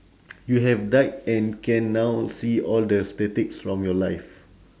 you have died and can now see all the statistics from your life